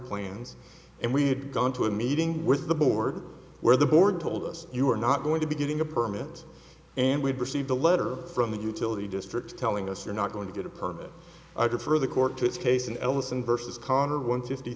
plans and we had gone to a meeting with the board where the board told us you are not going to be getting a permit and we've received a letter from the utility district telling us you're not going to get a permit i prefer the court to its case in ellison versus connor one fifty